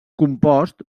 compost